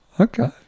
Okay